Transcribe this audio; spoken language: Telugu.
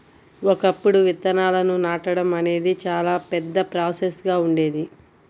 ఒకప్పుడు విత్తనాలను నాటడం అనేది చాలా పెద్ద ప్రాసెస్ గా ఉండేది